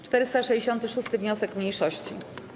466. wniosek mniejszości.